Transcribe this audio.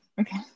Okay